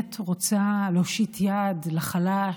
שבאמת רוצה להושיט יד לחלש,